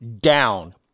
down